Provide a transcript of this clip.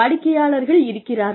வாடிக்கையாளர்கள் இருக்கிறார்கள்